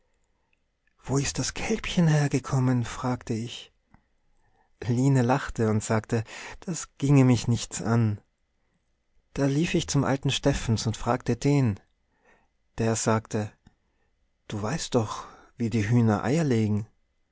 wo ist das kälbchen hergekommen fragte ich line lachte und sagte das ginge mich nichts an da lief ich zum alten steffens und fragte den der sagte du weißt doch wie die hühner eier legen